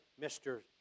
Mr